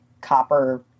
copper